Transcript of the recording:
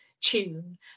tune